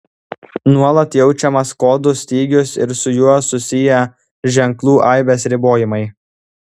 nuolat jaučiamas kodų stygius ir su juo susiję ženklų aibės ribojimai